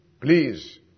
Please